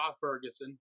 Ferguson